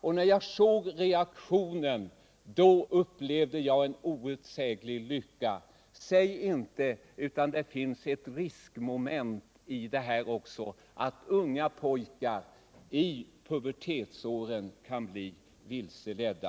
Och när jag såg reaktionen, då upplevde jag en outsäglig lycka. Nr 93 Efter att ha läst sådant kan ingen komma och säga annat än att det finns ett d Fredagen den riskmoment här, att unga pojkar i pubertetsåren kan bli vilseledda.